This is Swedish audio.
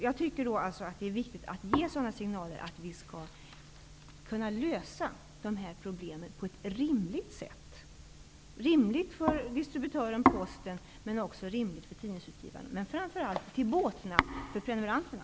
Jag tycker att det är viktigt att ge sådana signaler att vi kan lösa det här problemet på ett sätt som är rimligt för distributören/Posten och också rimligt för tidningsutgivaren men framför allt till båtnad för prenumeranterna.